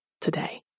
today